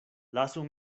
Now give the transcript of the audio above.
lasu